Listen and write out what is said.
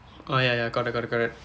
oh ya ya correct correct correct